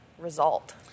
result